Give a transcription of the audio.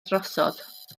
drosodd